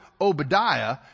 Obadiah